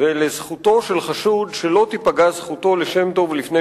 ולזכותו של חשוד שלא תיפגע זכותו לשם טוב לפני